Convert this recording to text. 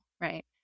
right